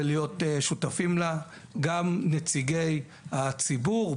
ולהיות שותפים לה גם נציגי הציבור,